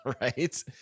Right